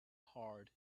hard